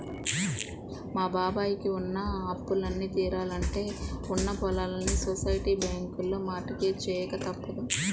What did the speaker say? మా బాబాయ్ కి ఉన్న అప్పులన్నీ తీరాలంటే ఉన్న పొలాల్ని సొసైటీ బ్యాంకులో మార్ట్ గేజ్ చెయ్యక తప్పదు